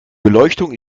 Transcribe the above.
beleuchtung